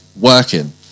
working